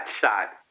shot